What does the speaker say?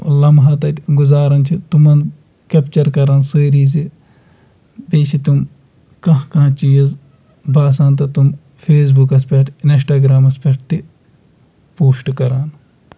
لَمحہ تَتہِ گُزارَن چھِ تِمَن کیپچَر کَران سٲری زِ بیٚیہِ چھِ تِم کانٛہہ کانٛہہ چیٖز باسان تہٕ تِم فیس بُکَس پٮ۪ٹھ اِنسٹاگرٛامَس پٮ۪ٹھ تہِ پوسٹہٕ کَران